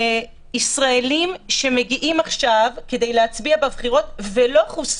ישראלים שמגיעים עכשיו כדי להצביע בבחירות ולא חוסנו,